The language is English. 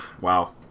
Wow